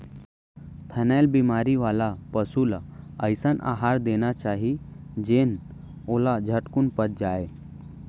थनैल बेमारी वाला पसु ल अइसन अहार देना चाही जेन ओला झटकुन पच जाय